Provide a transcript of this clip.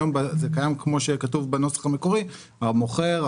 היום זה קיים כמו שכתוב בנוסח המקורי המוכר,